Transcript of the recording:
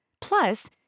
Plus